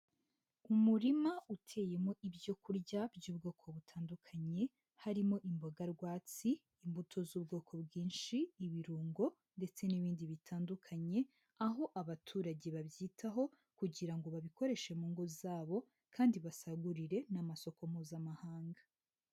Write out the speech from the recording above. Umurima uteyemo ibyo kurya by'ubwoko butandukanye harimo imboga rwatsi imbuto z'ubwoko bwinshi ibirungo ndetse n'ibindi bitandukanye, aho abaturage babyitaho kugira ngo babikoreshe mu ngo zabo kandi basagurire n'amasoko Mpuzamahanga.